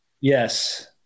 Yes